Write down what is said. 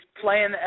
playing